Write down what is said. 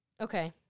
Okay